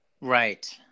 right